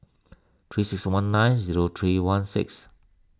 three six one nine zero three one six